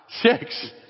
six